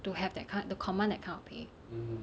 to have that kind to command that kind of pay